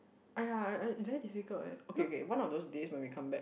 !aiya! I I very difficult eh okay okay one of those days when we come back